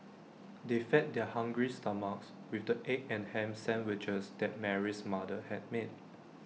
they fed their hungry stomachs with the egg and Ham Sandwiches that Mary's mother had made